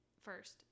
first